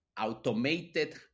automated